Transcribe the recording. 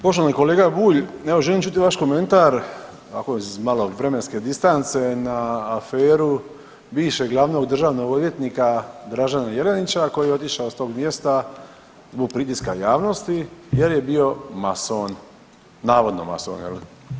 Poštovani kolega Bulj, evo želim čuti vaš komentar ovako iz malo vremenske distance na aferu bivšeg glavnog državnog odvjetnika Dražena Jelenića, a koji je otišao s tog mjesta zbog pritiska javnosti jer je bio mason, navodno mason je li.